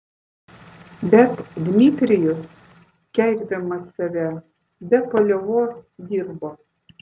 bet dmitrijus keikdamas save be paliovos dirbo